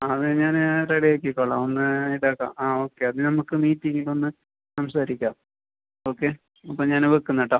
ആ അത് ഞാൻ റെഡി ആക്കിക്കോളാം ഒന്ന് ഇതാക്കാം ആ ഓക്കെ അത് നമ്മൾക്ക് മീറ്റിംഗിൽ ഒന്ന് സംസാരിക്കാം ഓക്കെ അപ്പോൾ ഞാൻ വെക്കുന്ന് കേട്ടോ